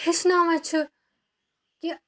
ہٮ۪چھناوان چھِ کہ